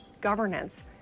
governance